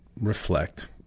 reflect